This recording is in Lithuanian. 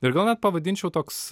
ir gal net pavadinčiau toks